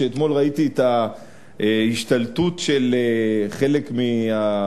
שאתמול ראיתי את ההשתלטות של חלק מהמוחים